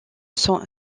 sont